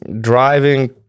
driving